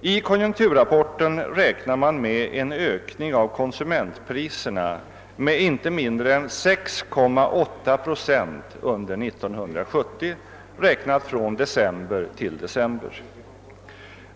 I konjunkturrapporten räknar man med en ökning av konsumentpriserna med inte mindre än 6,8 procent under 1970, räknat från december till december.